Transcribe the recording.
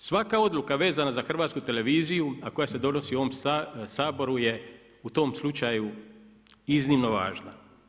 Zato svaka odluka vezana za Hrvatsku televiziju, a koja se donosi u ovom Saboru je u tom slučaju iznimno važna.